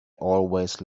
always